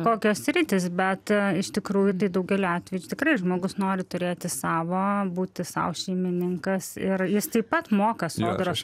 kokios sritys bet iš tikrųjų tai daugeliu atvejų tai tikrai žmogus nori turėti savą būti sau šeimininkas ir jis taip pat moka sodros